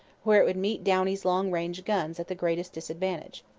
where it would meet downie's long-range guns at the greatest disadvantage.